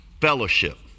fellowship